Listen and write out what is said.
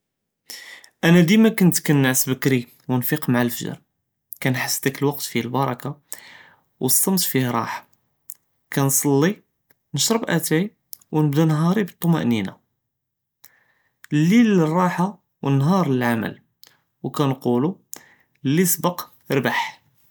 אנא דימא כנתי כננעס בכרי ונפיק מע אלפג׳ר، כנחס דכ אלوقت פיה אלברכה ואלצמת פיה ראחה، כנסלי נשרב אתאי ונבדא נהארי בטמאנינה، ליל לראחה ונהאר ללעמל וכנכולו לי סבק רבח.